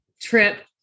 trip